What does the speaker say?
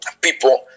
people